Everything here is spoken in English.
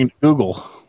Google